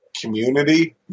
community